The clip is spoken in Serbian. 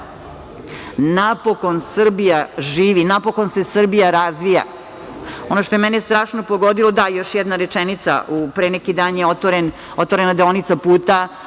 Napokon Srbija živi, napokon se Srbija razvija. Ono što je mene strašno pogodilo. Da, još jedna rečenica. Pre neki dan je otvorena deonica puta